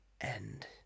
end